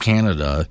Canada